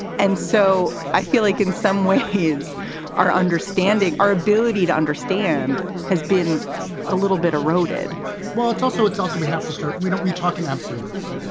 and so i feel like in some way his our understanding, our ability to understand has been a little bit eroded well, it's also it's also we have to start we don't we talk in absolutes.